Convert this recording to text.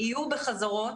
יהיו בחזרות,